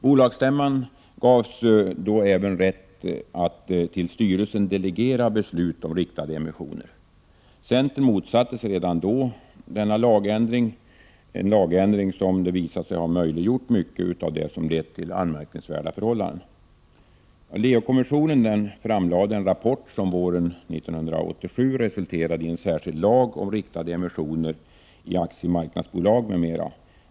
Bolagsstämman gavs då även rätt att till styrelsen delegera beslut om riktade emissioner. Centern motsatte sig redan då denna lagstiftning, som visat sig ha möjliggjort mycket av det som lett till anmärkningsvärda förhållanden. Leokommissionen framlade en rapport som våren 1987 resulterade i en särskild lag om riktade emissioner i aktiemarknadsbolag m.m.